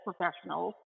professionals